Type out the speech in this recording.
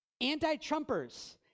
anti-Trumpers